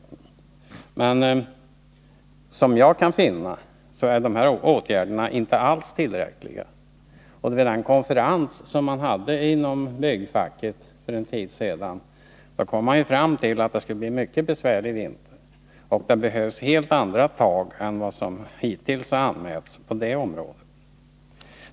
Men såvitt jag kan finna är dessa åtgärder inte alls tillräckliga. Vid den konferens som man hade inom byggfacket för en tid sedan kom man ju fram till att det skulle bli en mycket besvärlig vinter, och det behövs helt andra tag än vad som hittills har anmälts på det området.